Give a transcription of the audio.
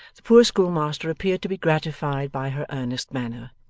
the poor schoolmaster appeared to be gratified by her earnest manner,